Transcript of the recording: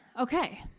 Okay